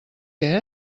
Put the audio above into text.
que